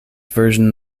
version